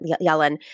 Yellen